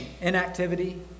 inactivity